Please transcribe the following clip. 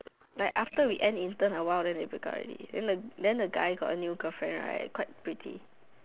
like after we end intern awhile then they break up already then the then the guy got a new girlfriend right quite pretty